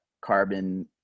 carbon